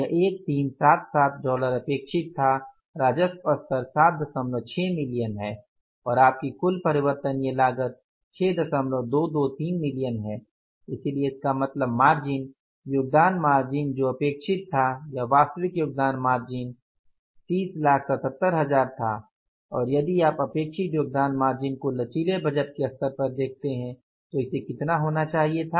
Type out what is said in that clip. यह 1377 डॉलर अपेक्षित था राजस्व स्तर 76 मिलियन है और आपकी कुल परिवर्तनीय लागत 6223 मिलियन है इसलिए इसका मतलब मार्जिन योगदान मार्जिन जो अपेक्षित था या वास्तविक योगदान मार्जिन 3077000 था और यदि आप अपेक्षित योगदान मार्जिन को लचीले बजट के स्तर पर देखते हैं तो इसे कितना होना चाहिए था